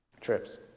trips